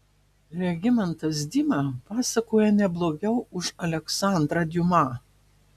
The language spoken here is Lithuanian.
regimantas dima pasakoja ne blogiau už aleksandrą diuma